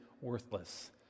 worthless